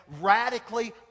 Radically